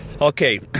Okay